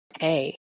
hey